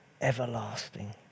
everlasting